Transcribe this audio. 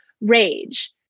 rage